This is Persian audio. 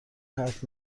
حرف